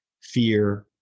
fear